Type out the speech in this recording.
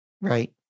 right